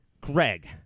Greg